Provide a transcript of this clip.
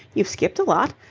you've skipped a lot.